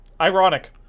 Ironic